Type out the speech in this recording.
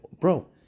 Bro